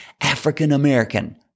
African-American